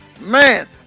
man